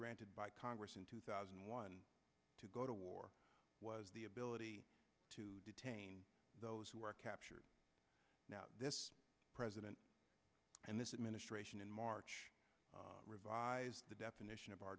granted by congress in two thousand and one to go to war was the ability to detain those who are captured now this president and this administration in march revised the definition of our